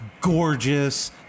gorgeous